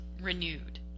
renewed